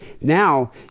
Now